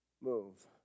move